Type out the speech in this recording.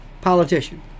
Politician